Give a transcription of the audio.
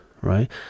right